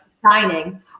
signing